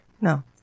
No